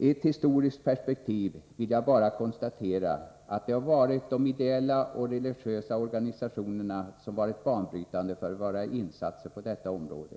I ett historiskt perspektiv vill jag bara konstatera att det är ideella och religiösa organisationer som varit banbrytande för våra insatser på detta område.